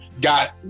got